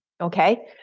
Okay